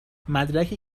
مدرکی